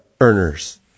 earners